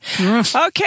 Okay